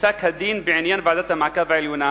לפסק-הדין בעניין ועדת המעקב העליונה,